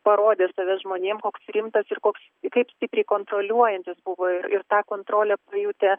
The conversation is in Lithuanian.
parodė save žmonėm koks rimtas ir koks kaip stipriai kontroliuojantis buvo ir tą kontrolę pajutę